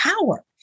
power